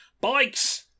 bikes